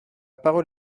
parole